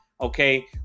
okay